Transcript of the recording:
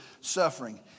suffering